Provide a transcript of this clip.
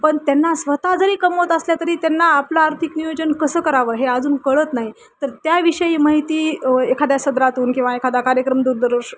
पण त्यांना स्वत जरी कमवत असल्या तरी त्यांना आपलं आर्थिक नियोजन कसं करावं हे अजून कळत नाही तर त्याविषयी माहिती एखाद्या सदरातून किंवा एखादा कार्यक्रम दूरदर्